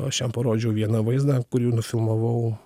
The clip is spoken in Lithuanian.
aš jam parodžiau vieną vaizdą kurį nufilmavau